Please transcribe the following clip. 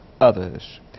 others